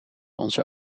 onze